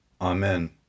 Amen